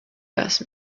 best